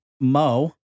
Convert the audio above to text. Mo